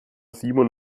simon